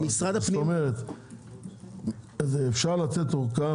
זאת אומרת אפשר לתת אורכה,